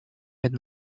with